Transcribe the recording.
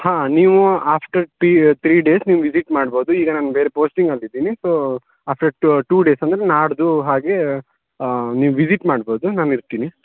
ಹಾಂ ನೀವೂ after two three days ನೀವು ವಿಸಿಟ್ ಮಾಡ್ಬೋದು ಈಗ ನಾನು ಬೇರೆ ಪೋಸ್ಟಿಂಗಿನಲ್ಲಿ ಇದ್ದೀನಿ ಸೋ ಆಫ್ಟರ್ ಟೂ ಡೇಸ್ ಅಂದ್ರೆ ನಾಡಿದ್ದು ಹಾಗೇ ನೀವು ವಿಸಿಟ್ ಮಾಡ್ಬೋದು ನಾನು ಇರ್ತೀನಿ